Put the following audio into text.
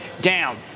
down